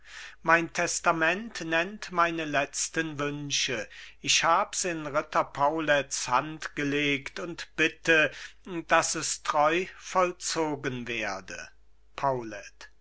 mein testament nennt meine letzten wünsche ich hab's in ritter paulets hand gelegt und bitte daß es treu vollzogen werde